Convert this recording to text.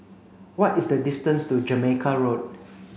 what is the distance to Jamaica Road